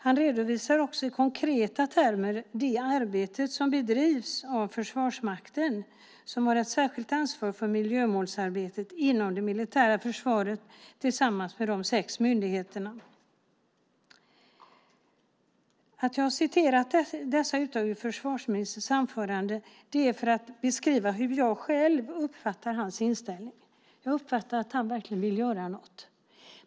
Han redovisar också i konkreta termer det arbete som bedrivs av Försvarsmakten, som har ett särskilt ansvar för miljömålsarbetet inom det militära försvaret tillsammans med de sex myndigheterna. Jag återger dessa utdrag ur försvarsministerns anförande för att beskriva hur jag själv uppfattar hans inställning. Jag uppfattar att han verkligen vill göra något.